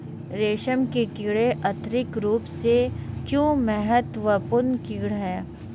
रेशम के कीड़े आर्थिक रूप से क्यों महत्वपूर्ण कीट हैं?